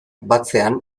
batzean